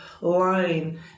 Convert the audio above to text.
line